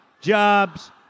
jobs